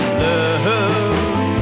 love